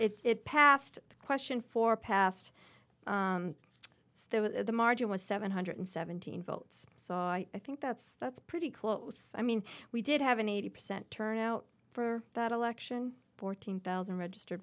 it passed the question for past the margin was seven hundred seventeen votes so i think that's that's pretty close i mean we did have an eighty percent turnout for that election fourteen thousand registered